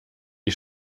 die